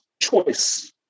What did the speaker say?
choice